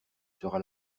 sera